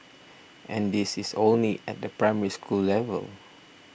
and this is only at the Primary School level